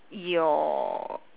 your